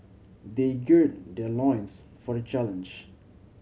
they gird their loins for the challenge